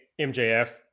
MJF